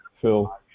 Phil